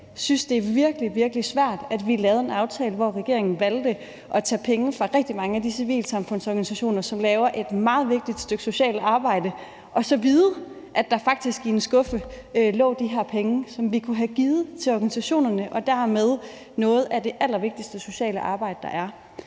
det er virkelig, virkelig hårdtat vide, at vi lavede en aftale, hvor regeringen valgte at tage penge fra rigtig mange af de civilsamfundsorganisationer, som laver et meget vigtigt stykke socialt arbejde, og at der faktisk i en skuffe lå de her penge, som vi kunne have givet til organisationerne og dermed noget af det allervigtigste sociale arbejde, der er.